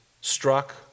struck